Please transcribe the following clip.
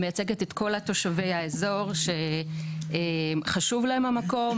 אני מייצגת את כל תושבי האזור שחשוב להם המקום,